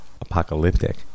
Apocalyptic